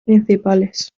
principales